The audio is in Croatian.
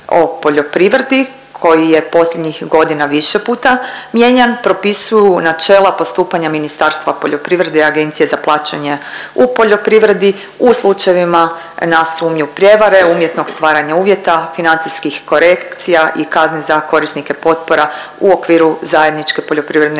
o poljoprivredi koji je posljednjih godina više puta mijenjan propisuju načela postupanja Ministarstva poljoprivrede i Agencije za plaćanje u poljoprivredi u slučajevima na sumnju prijevare, umjetnog stvarana uvjeta, financijskih korekcija i kazni za korisnike potpora u okviru zajedničke poljoprivredne